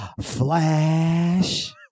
Flash